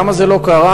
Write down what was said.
למה זה לא קרה,